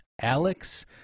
Alex